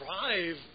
drive